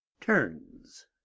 Turns